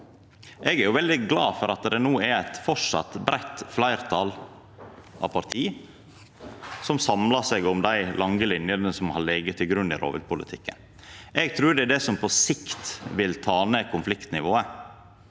Eg er veldig glad for at det framleis er eit breitt fleirtal av parti som samlar seg om dei lange linjene som har lege til grunn i rovviltpolitikken. Eg trur det er det som på sikt vil ta ned konfliktnivået.